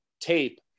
tape